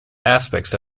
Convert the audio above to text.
aspects